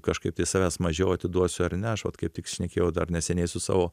kažkaip tai savęs mažiau atiduosiu ar ne aš vat kaip tik šnekėjau dar neseniai su savo